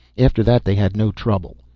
after that they had no trouble.